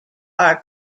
are